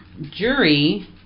jury